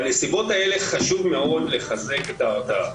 בנסיבות האלה חשוב לחזק את ההרתעה,